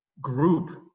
group